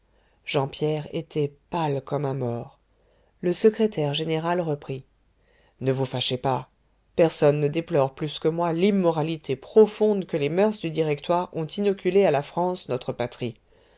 jean pierre était pâle comme un mort le secrétaire général reprit ne vous fâchez pas personne ne déplore plus que moi l'immoralité profonde que les moeurs du directoire ont inoculée à la france notre patrie